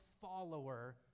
follower